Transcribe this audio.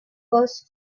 was